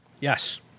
Yes